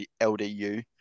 LDU